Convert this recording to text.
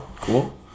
Cool